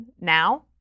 now